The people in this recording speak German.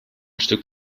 stück